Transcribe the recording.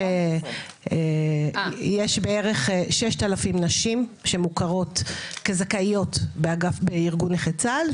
יש בערך 6,000 נשים שמוכרות כזכאיות בארגון נכי צה"ל,